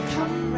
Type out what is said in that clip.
Come